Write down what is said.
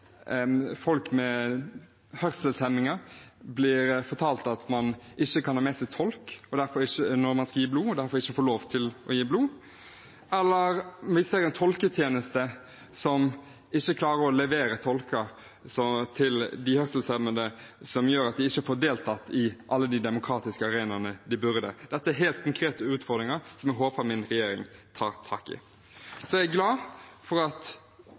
folk med hørselshemminger blir fortalt at man ikke kan ha med seg tolk når man skal gi blod, og dermed ikke får lov til å gi blod. Eller det kan være en tolketjeneste som ikke klarer å levere tolker til de hørselshemmede, noe som gjør at de ikke får deltatt i alle de demokratiske arenaene de burde. Dette er helt konkrete utfordringer som jeg håper min regjering tar tak i. Jeg er glad for at